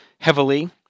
heavily